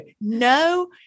No